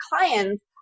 clients